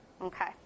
Okay